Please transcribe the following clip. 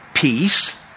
Peace